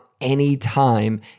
anytime